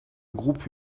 groupe